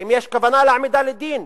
האם יש כוונה להעמידה לדין?